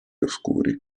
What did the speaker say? oscuri